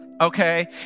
okay